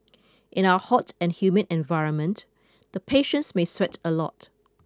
in our hot and humid environment the patients may sweat a lot